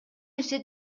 нерсе